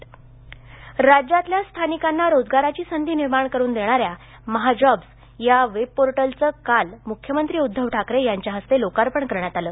महाजॉब्स राज्यातल्या स्थानिकांना रोजगाराची संधी निर्माण करून देणाऱ्या महाजॉब्स या वेबपोर्टलचं काल म्ख्यमंत्री उद्धव ठाकरे यांच्या हस्ते लोकार्पण करण्यात आलं